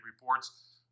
reports